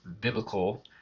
biblical